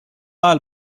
ajal